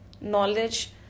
knowledge